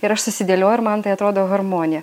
ir aš susidėlioju ir man tai atrodo harmonija